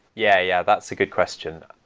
yeah yeah. that's a good question.